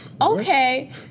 Okay